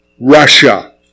Russia